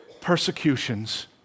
persecutions